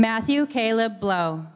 matthew caleb blow